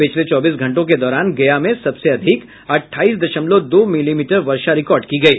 पिछले चौबीस घंटों के दौरान गया में सबसे अधिक अठाईस दशमलव दो मिलीमीटर वर्षा रिकार्ड की गयी